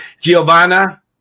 Giovanna